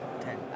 Ten